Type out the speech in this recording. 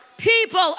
People